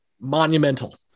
monumental